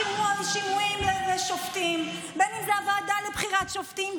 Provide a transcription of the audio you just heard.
בין אם זה שימועים לשופטים ובין אם זה הוועדה לבחירת שופטים.